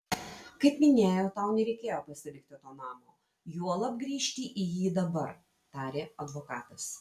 kaip minėjau tau nereikėjo pasilikti to namo juolab grįžti į jį dabar tarė advokatas